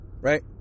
Right